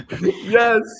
Yes